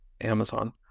Amazon